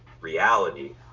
reality